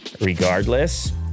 regardless